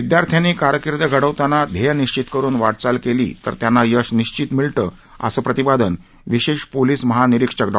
विद्यार्थ्यांनी कारकीर्द घडवतांना ध्येय निश्वित करुन वा क्वाल केली तर त्यांना यश निश्वित मिळतं असं प्रतिपादन विशेष पोलीस महानिरिक्षक डॉ